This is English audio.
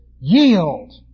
Yield